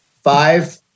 five